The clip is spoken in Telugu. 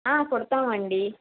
కుడతామండీ